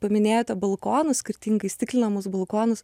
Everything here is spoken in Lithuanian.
paminėjote balkonus skirtingai stiklinamus balkonus